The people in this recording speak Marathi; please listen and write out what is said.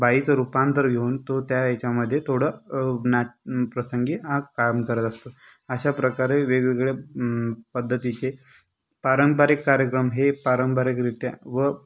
बाईचं रूपांतर घेऊन तो त्या ह्याच्यामध्ये थोडं नाट प्रसंगी हा काम करत असतो अशाप्रकारे वेगवेगळ्या पद्धतीचे पारंपरिक कार्यक्रम हे पारंपरिकरीत्या व